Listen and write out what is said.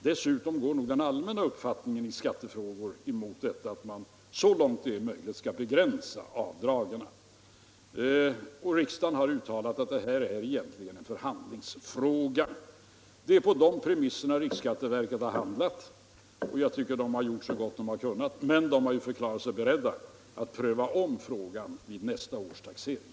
Dessutom är nog den allmänna uppfattningen i skattefrågor att avdragen så långt det är möjligt skall begränsas. Riksdagen har också uttalat att det här egentligen är en förhandlingsfråga. Det är på dessa premisser riksskatteverket har handlat, och jag tycker att verket har gjort så gott det kunnat. Men verket har ju förklarat sig berett att ompröva frågan vid nästa års taxering.